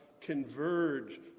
Converge